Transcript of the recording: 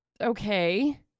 okay